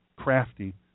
crafty